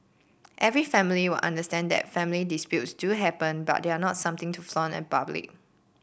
every family will understand that family disputes do happen but they are not something to flaunt in public